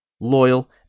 Loyal